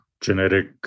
genetic